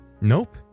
Nope